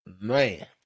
man